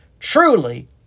Truly